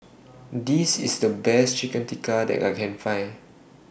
This IS The Best Chicken Tikka that I Can Find